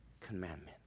commandments